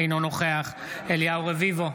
אינו נוכח אליהו רביבו,